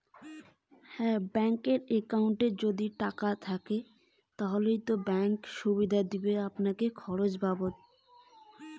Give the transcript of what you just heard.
আমার ব্যাংক এর একাউন্টে কি উপযোগিতা বাবদ খরচের সুবিধা রয়েছে?